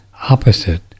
opposite